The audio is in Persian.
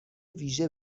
ویژه